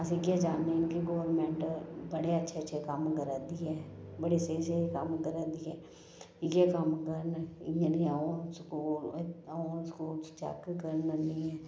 असें केह् जानने न गोरमेंट बड़े अच्छे अच्छे कम्म करा दी ऐ बड़े स्हेई स्हेई कम्म करा दी ऐ इ'यै कम्म करन इयै नेह् औन स्कूल औन स्कूल चैक करन इ'यै